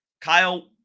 Kyle